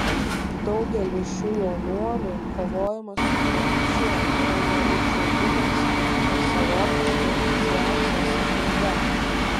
daugeliui šių jaunuolių kovojimas su policija yra nelyg žaidimas ar savotiška iniciacijos apeiga